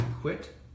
quit